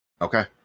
Okay